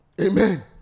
Amen